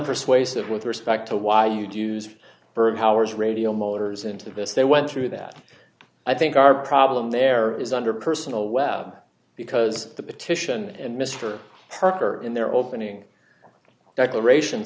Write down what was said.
unpersuasive with respect to why you'd use her powers radio motors into this they went through that i think our problem there is under personal web because the petition and mr parker in their opening declaration